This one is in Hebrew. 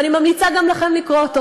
ואני ממליצה גם לכם לקרוא אותו.